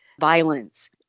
Violence